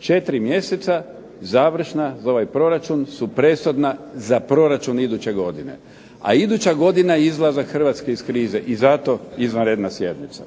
4 mjeseca završna za ovaj proračun su presudna za proračun iduće godine, a iduća godina izlazak Hrvatske iz krize i zato izvanredna sjednica.